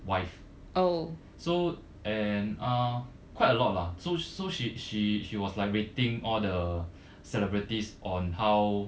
wife so and ah quite a lot lah so so she she she was liberating all the celebrities on how